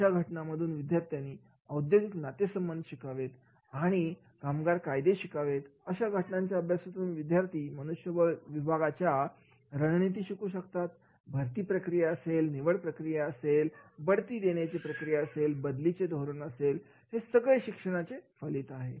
अशा घटनांमधून विद्यार्थ्यांनी औद्योगिक नातेसंबंध शिकावेत त्यांनी कामगार कायदे शिकावेत अशा घटनांच्या अभ्यासातून विद्यार्थी मनुष्यबळ विकास विभागाच्या रणनीती शिकू शकतात भरती प्रक्रिया निवडप्रक्रिया बढती प्रक्रिया बदलीचे धोरण ते सगळे शिक्षणाचे फलित आहे